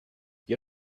you